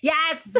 Yes